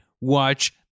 watch